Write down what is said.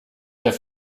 der